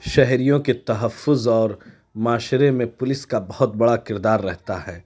شہریوں کے تحفظ اور معاشرے میں پولیس کا بہت بڑا کردار رہتا ہے